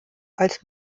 als